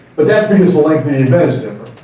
but that's because the length of